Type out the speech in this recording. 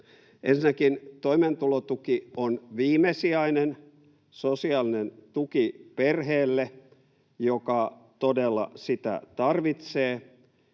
Ensinnäkin toimeentulotuki on viimesijainen sosiaalinen tuki perheelle, joka todella sitä tarvitsee,